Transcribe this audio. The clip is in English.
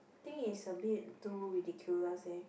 think is a bit too ridiculous eh